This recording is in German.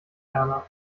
erna